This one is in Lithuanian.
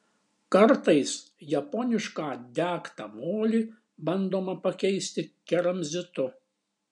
kartais japonišką degtą molį bandoma pakeisti keramzitu